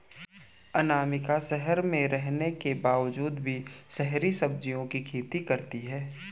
अनामिका शहर में रहने के बावजूद भी शहरी सब्जियों की खेती करती है